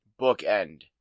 bookend